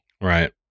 Right